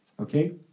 Okay